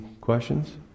questions